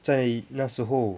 在那时候